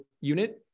unit